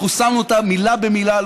אנחנו שמנו אותה מילה במילה.